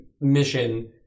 mission